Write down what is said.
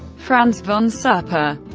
friends, von sapper,